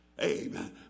Amen